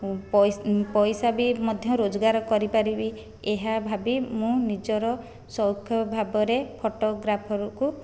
ପଇସା ପଇସା ବି ମଧ୍ୟ ରୋଜଗାର କରିପାରିବି ଏହା ଭାବି ମୁଁ ନିଜର ସଉକ ଭାବରେ ଫଟୋଗ୍ରାଫର କୁ